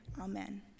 amen